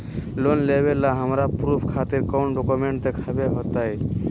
Loan लेबे ला हमरा प्रूफ खातिर कौन डॉक्यूमेंट देखबे के होतई?